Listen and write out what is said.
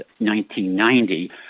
1990